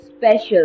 special